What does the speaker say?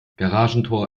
garagentor